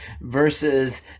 versus